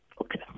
Okay